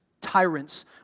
tyrants